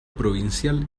provincial